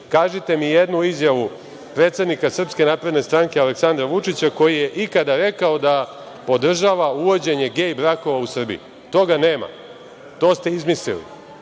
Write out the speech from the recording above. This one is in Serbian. kažite mi jednu izjavu predsednika SNS Aleksandra Vučića, koji je ikada rekao da podržava uvođenje gej brakova u Srbiji? Toga nema, to ste izmislili.